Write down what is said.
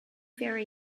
very